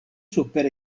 super